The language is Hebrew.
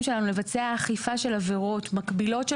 לבצע אכיפה של עבירות מקבילות,